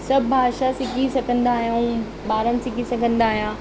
सभु भाषा सिखी सघंदा आहियूं ॿारनि सिखी सघंदा आहियां